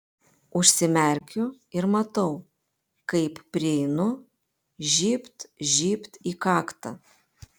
užsimerkiu ir matau kaip prieinu žybt žybt į kaktą